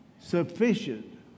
Sufficient